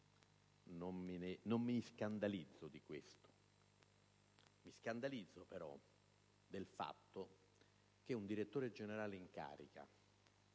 Non mi scandalizzo di questo, ma del fatto che un direttore generale in carica,